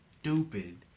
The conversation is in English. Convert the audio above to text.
stupid